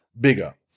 bigger